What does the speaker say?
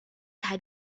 had